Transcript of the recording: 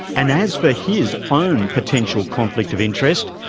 and as for his own potential conflict of interest,